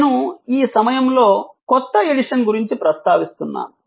నేను ఈ సమయంలో కొత్త ఎడిషన్ గురించి ప్రస్తావిస్తున్నాను